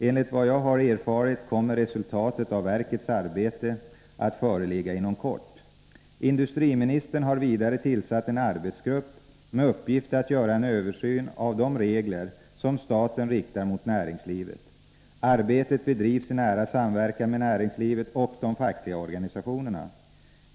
Enligt vad jag har erfarit kommer resultatet av verkets arbete att föreligga inom kort. Industriministern har vidare tillsatt en arbetsgrupp med uppgift att göra en översyn av de regler som staten riktar mot näringslivet. Arbetet bedrivs i nära samverkan med näringslivet och de fackliga organisationerna.